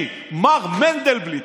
היועץ המשפטי מר מנדלבליט,